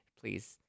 please